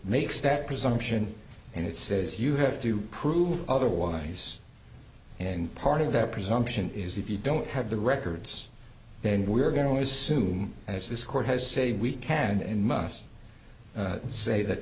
makes that presumption and it says you have to prove otherwise and part of that presumption is if you don't have the records then we are going to assume as this court has said we can and must say that